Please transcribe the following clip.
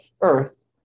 earth